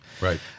Right